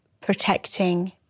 protecting